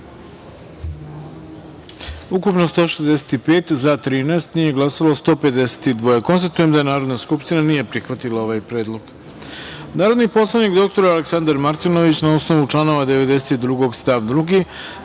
ukupno 165 narodnih poslanika. Konstatujem da Narodna skupština nije prihvatila ovaj predlog. Narodni poslanik dr Aleksandar Martinović na osnovu članova 92. stav 2,